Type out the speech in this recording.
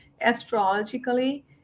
astrologically